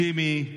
ג'ימי,